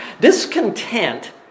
Discontent